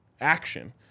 action